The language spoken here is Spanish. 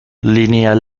lineal